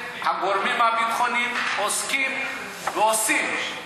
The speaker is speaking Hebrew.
הגורמים הביטחוניים עוסקים ועושים.